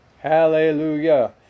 Hallelujah